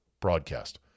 broadcast